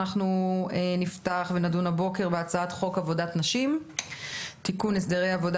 אנחנו נפתח ונדון הבוקר בהצעת חוק עבודת נשים (תיקון הסדרי עבודה